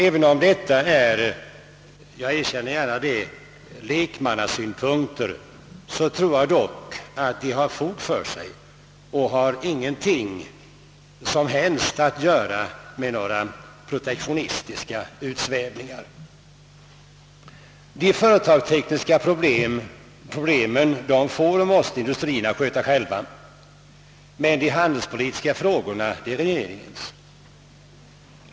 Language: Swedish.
Även om detta, jag erkänner det gärna, är lekmannasynpunkter tror jag dock ait de har fog för sig och att de inte alls kan sägas innebära några protektionistiska utsvävningar. De företagsekonomiska problemen får och måste industrierna själva sköta, men de handelspolitiska frågorna är regeringens.